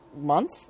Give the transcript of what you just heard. month